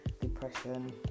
depression